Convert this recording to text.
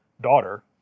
daughter